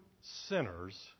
sinners